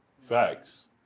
Facts